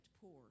poor